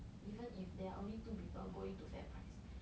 even if there are only two people going to Fairprice